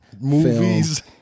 movies